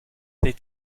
their